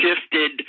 shifted